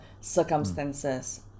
circumstances